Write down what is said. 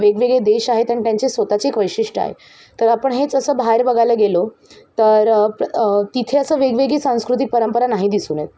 वेगवेगळे देश आहेत आणि त्यांचे स्वत चे एक वैशिष्ट्य आहे तर आपण हेच असं बाहेर बघायला गेलो तर तिथे असं वेगवेगळी सांस्कृतिक परंपरा नाही दिसून येत